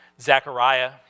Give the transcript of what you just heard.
Zechariah